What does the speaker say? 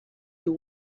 you